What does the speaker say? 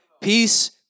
Peace